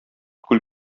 күл